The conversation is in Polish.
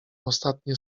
ostatnie